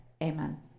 Amen